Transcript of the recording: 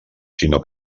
sinó